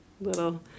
little